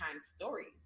Stories